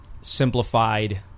simplified